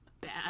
bad